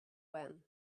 when